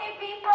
people